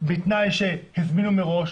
בתנאי שהזמינו מראש,